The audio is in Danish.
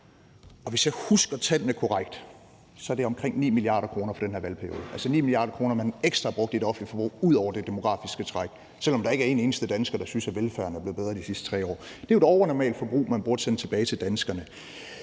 Og hvis jeg husker tallene korrekt, er det omkring 9 mia. kr. for den her valgperiode – altså 9 mia. kr., som man har brugt ekstra i det offentlige forbrug ud over det demografiske træk, selv om der ikke er en eneste dansker, der synes, at velfærden er blevet bedre de sidste 3 år. Det er jo et overnormalt forbrug, man burde sende tilbage til danskerne.